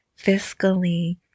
fiscally